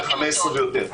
ל-13,000, 15,000 ויותר.